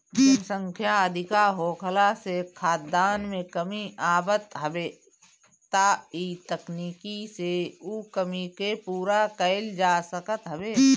जनसंख्या अधिका होखला से खाद्यान में कमी आवत हवे त इ तकनीकी से उ कमी के पूरा कईल जा सकत हवे